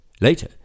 Later